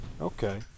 Okay